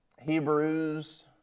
Hebrews